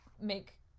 make